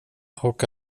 och